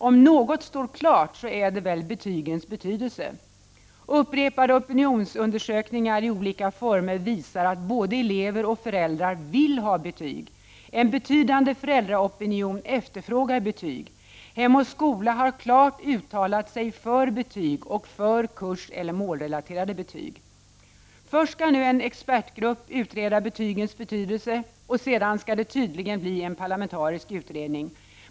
Om något står klart är det väl betygens betydelse? Upprepade opinionsundersökningar i olika former visar att både elever och föräldrar vill ha betyg. En betydande föräldraopinion efterfrågar betyg. Hem och skola har klart uttalat sig för betyg och för kurseller målrelaterade betyg. Först skall nu en expertgrupp utreda betygens betydelse. Sedan skall det tydligen bli en parlamentarisk utredning.